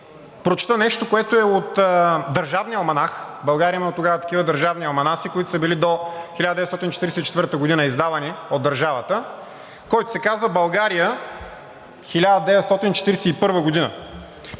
прочета нещо, което е от Държавния алманах – България има тогава държавни алманаси, които са били до 1944 г., издавани от държавата, който се казва „България – 1944 г.“